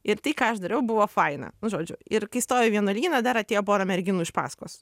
ir tai ką aš dariau buvo faina nu žodžiu ir kai įstoji į vienuolyną dar atėjo pora merginų iš paskos